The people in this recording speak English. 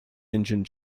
engine